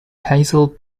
hazel